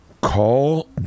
call